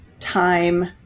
time